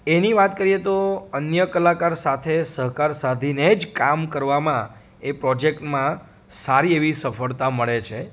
એની વાત કરીએ તો અન્ય કલાકાર સાથે સહકાર સાધીને જ કામ કરવામાં એ પ્રોજેક્ટમાં સારી એવી સફળતા મળે છે